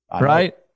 right